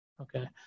okay